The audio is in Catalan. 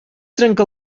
trenca